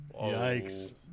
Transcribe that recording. Yikes